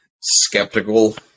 skeptical